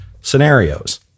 scenarios